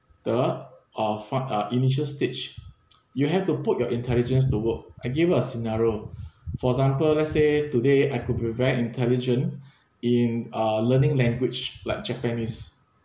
the uh front uh initial stage you have to put your intelligence to work I give you a scenario for example let's say today I could provide intelligent in ah learning language like japanese